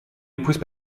épouse